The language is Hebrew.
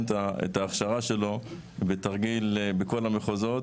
את ההכשרה שלו בתרגיל בכל המחוזות,